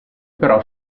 però